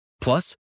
Plus